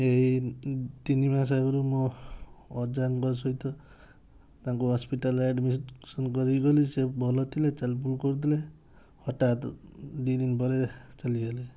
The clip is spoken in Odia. ଏଇ ତିନିମାସ ଆଗରୁ ମୁଁ ଅଜାଙ୍କ ସହିତ ତାଙ୍କୁ ହସ୍ପିଟାଲରେ ଆଡ଼ମିଶନ କରିକି ଗଲି ସେ ଭଲ ଥିଲେ ଚାଲ ବୁଲ କରୁଥିଲେ ହଠାତ ଦୁଇଦିନ ପରେ ଚାଲିଗଲେ